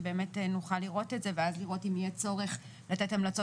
שבאמת נוכל לראות את זה ואז לראות אם יהיה צורך לתת המלצות